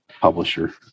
publisher